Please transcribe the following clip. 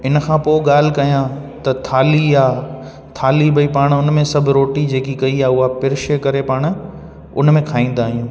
इन खां पोइ ॻाल्हि कयां त थाली आहे थाली भई पाण उन में सभु रोटी जेकी कई आहे उहा प्रिष ए करे पाण उन में खाईंदा आहियूं